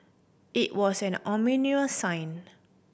it was an ominous sign